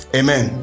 amen